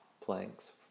planks